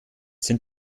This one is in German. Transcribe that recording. sind